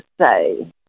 say